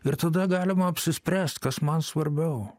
ir tada galima apsispręst kas man svarbiau